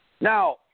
Now